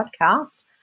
podcast